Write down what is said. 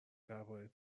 درباره